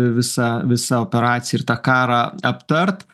visą visą operaciją ir tą karą aptart